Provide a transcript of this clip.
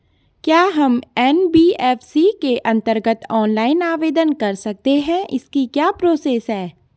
क्या हम एन.बी.एफ.सी के अन्तर्गत ऑनलाइन आवेदन कर सकते हैं इसकी क्या प्रोसेस है?